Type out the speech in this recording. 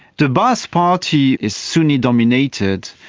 the baath party is sunni dominated,